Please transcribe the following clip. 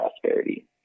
prosperity